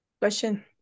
Question